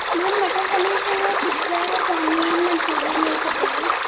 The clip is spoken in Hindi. मैम मटर पनीर चाहिए पिज्जा चौमीन मंचूरियन यही सब चाहिए